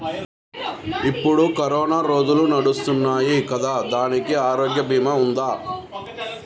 ఇప్పుడు కరోనా రోజులు నడుస్తున్నాయి కదా, దానికి ఆరోగ్య బీమా ఉందా?